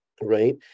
right